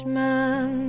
man